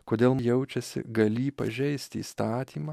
kodėl jaučiasi galį pažeisti įstatymą